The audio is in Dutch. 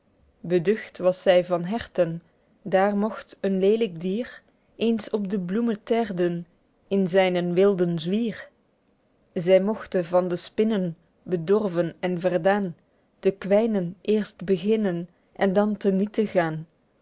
beducht was zy van herten daer mogt een leêlyk dier eens op de bloeme terden in zynen wilden zwier zy mogte van de spinnen bedorven en verdaen te kwynen eerst beginnen en dan te niete gaen